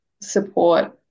support